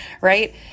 right